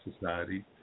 society